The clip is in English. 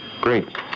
Great